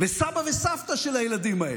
סבא וסבתא של הילדים האלה,